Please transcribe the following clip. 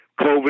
COVID